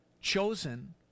chosen